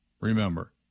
remember